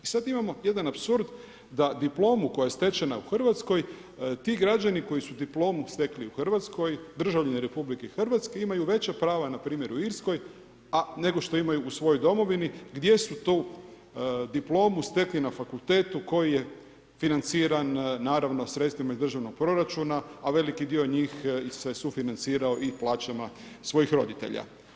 I sada imamo jedan apsurd da diplomu koja je stečena u Hrvatskoj ti građani koji su diplomu stekli u Hrvatskoj, državljani RH imaju veća prava npr. u Irskoj a nego što imaju u svojoj domovinu gdje su tu diplomu stekli na fakultetu koji je financiran naravno sredstvima iz državnog proračuna a veliki dio njih se sufinancirao i plaćama svojih roditelja.